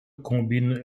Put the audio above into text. combine